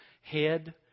Head